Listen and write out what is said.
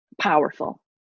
powerful